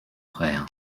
frère